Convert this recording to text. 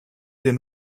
den